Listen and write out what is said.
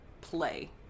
play